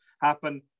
happen